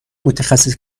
متخصص